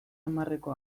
hamarreko